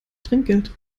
trinkgeld